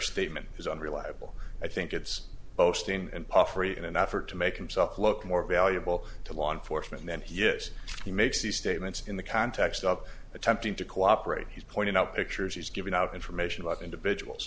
statement is unreliable i think it's boasting and puffery in an effort to make himself look more valuable to law enforcement then yes he makes these statements in the context of attempting to cooperate he's pointed out pictures he's giving out information about individuals